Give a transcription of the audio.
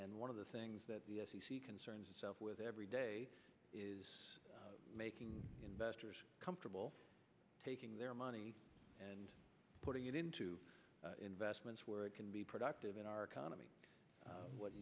and one of the things that the f c c concerns itself with every day is making investors comfortable taking their money and putting it into investments where it can be productive in our economy what